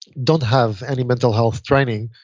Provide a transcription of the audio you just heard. don't have any mental health training.